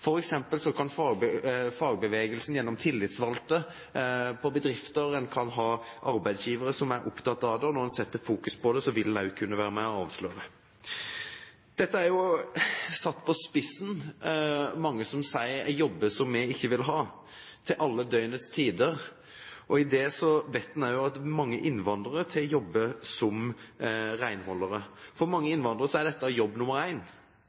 fagbevegelsen gjennom tillitsvalgte i bedrifter og arbeidsgivere som er opptatt av det, fokuserer på det, vil en også kunne være med på å avsløre det. Mange sier at dette er, satt på spissen, jobber som vi ikke vil ha, til alle døgnets tider. En vet også at mange innvandrere jobber som renholdere. For mange innvandrere er dette jobb